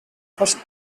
first